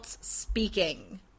speaking